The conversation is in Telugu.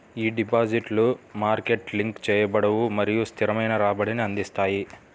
ఈ డిపాజిట్లు మార్కెట్ లింక్ చేయబడవు మరియు స్థిరమైన రాబడిని అందిస్తాయి